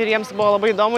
ir jiems buvo labai įdomu